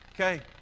Okay